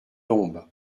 tombe